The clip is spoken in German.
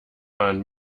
man